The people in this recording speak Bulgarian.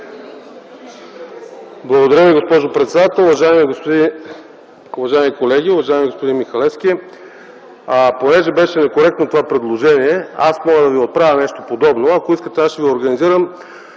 Благодаря Ви, госпожо председател. Уважаеми колеги, уважаеми господин Михалевски! Понеже беше некоректно това предложение, аз мога да Ви отправя нещо подобно. Ако искате – аз ще Ви организирам